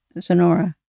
Sonora